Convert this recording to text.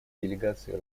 делегации